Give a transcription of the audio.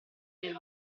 nel